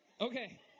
Okay